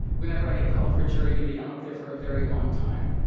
whenever i get called for jury duty, i'm up there for a very long time